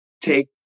take